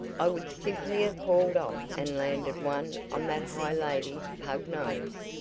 i would simply have hauled off and landed one on that high-up lady's pug nose.